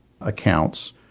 accounts